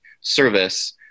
service